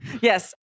Yes